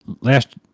last